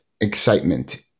excitement